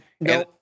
no